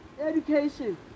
education